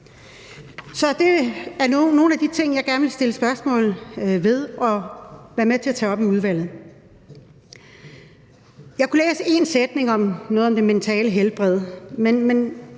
Så det er nogle af de ting, jeg gerne vil stille spørgsmål om og være med til at tage op i udvalget. Jeg kunne læse én sætning om noget om det mentale helbred, men